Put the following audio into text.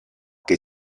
che